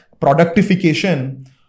productification